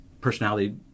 personality